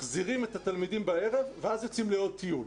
מחזירים את התלמידים בערב ואז יוצאים לעוד טיול